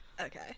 Okay